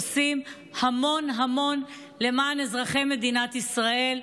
עושים המון המון למען אזרחי מדינת ישראל,